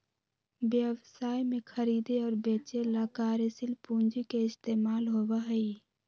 व्यवसाय में खरीदे और बेंचे ला कार्यशील पूंजी के इस्तेमाल होबा हई